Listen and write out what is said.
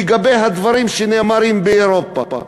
לגבי הדברים שנאמרים באירופה?